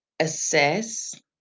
assess